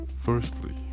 firstly